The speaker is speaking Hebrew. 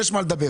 יש על מה לדבר",